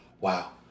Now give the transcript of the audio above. Wow